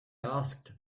asked